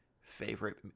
favorite